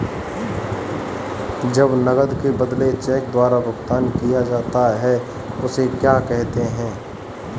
जब नकद के बदले चेक द्वारा भुगतान किया जाता हैं उसे क्या कहते है?